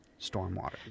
stormwater